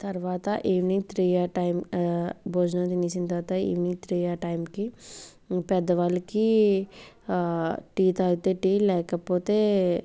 తర్వాత evening three ఆ time భోజనం తినేసిన తర్వాత ఈవినింగ్ త్రీ ఆ టైంకి ఇంకా పెద్దవాళ్ళకి టీ తాగితే టీ లేకపోతే